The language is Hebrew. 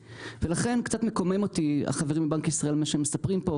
ולכן קצת מקומם אותי מה שהחברים מבנק ישראל מספרים פה,